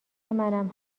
منم